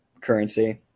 currency